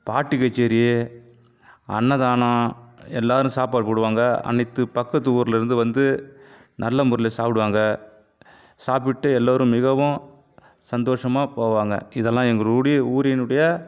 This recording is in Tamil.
பாட்டுக்கச்சேரி அன்னதானம் எல்லாேரும் சாப்பாடு போடுவாங்க அனைத்து பக்கத்து ஊரில் இருந்து வந்து நல்ல முறையில் சாப்பிடுவாங்க சாப்பிட்டு எல்லாேரும் மிகவும் சந்தோஷமாக போவாங்க இதெல்லாம் எங்களுடைய ஊரினுடைய